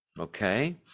Okay